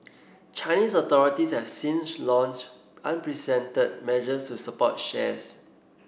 Chinese authorities have since launched measures to support shares